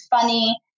funny